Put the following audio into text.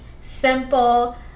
simple